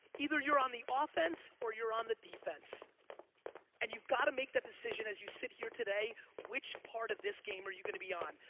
either you're on the offense or your on the defense and you gotta make that decision as you sit here today which part of this game are you going be on.